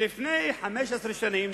לפני 15 שנה,